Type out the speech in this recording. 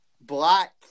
Black